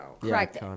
Correct